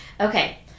Okay